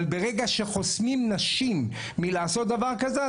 אבל ברגע שחוסמים נשים מלעשות דבר כזה,